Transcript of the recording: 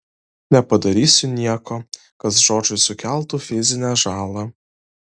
nepadarysiu nieko kas džordžui sukeltų fizinę žalą